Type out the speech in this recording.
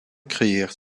creëert